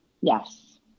Yes